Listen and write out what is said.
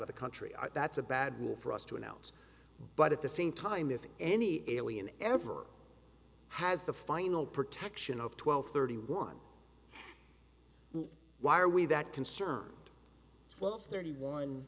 of the country that's a bad move for us to announce but at the same time if any alien ever has the final protection of twelve thirty one why are we that concerned well thirty one